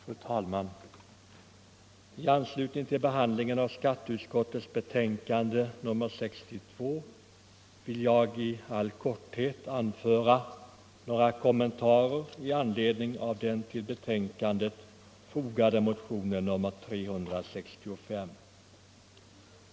Fru talman! I anslutning till behandlingen av skatteutskottets betänkande nr 62 vill jag i all korthet anföra några kommentarer i anledning av den till betänkandet fogade motionen 365.